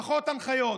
פחות הנחיות,